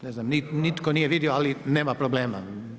Ne znam, nitko nije vidio, ali nema problema.